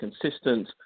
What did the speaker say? consistent